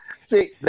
See